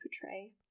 portray